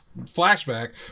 flashback